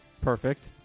Perfect